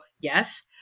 yes